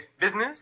business